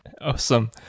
Awesome